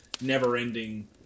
never-ending